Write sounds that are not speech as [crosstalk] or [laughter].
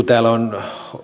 [unintelligible] täällä on